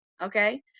okay